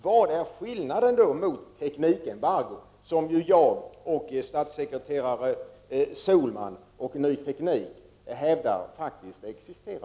Vad är skillnaden i förhålllande till teknikembargo, som ju jag och statssekreterare Sohlman samt Ny Teknik hävdar faktiskt existerar?